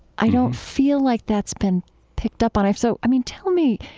i don't feel like that's been picked up on. i'm so, i mean, tell me,